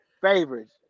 Favorites